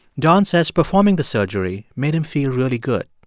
don says performing the surgery made him feel really good.